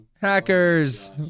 Hackers